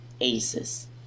aces